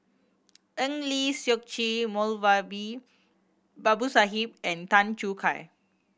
Eng Lee Seok Chee Moulavi Babu Sahib and Tan Choo Kai